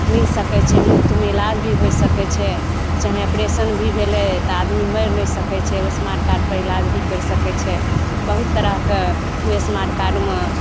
मिल सकय छै मुफ्तमे इलाज भी होइ सकय छै चाहे ऑपरेशन भी भेलय तऽ आदमी मरि नहि सकय छै उ स्मार्ट कार्डपर इलाज भी करि सकय छै बहुत तरहके उ स्मार्ट कार्डमे